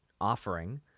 offering